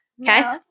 okay